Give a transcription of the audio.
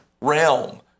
realm